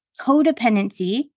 codependency